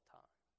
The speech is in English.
time